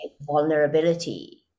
vulnerability